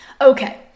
Okay